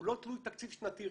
הוא לא תלוי תקציב שנתי.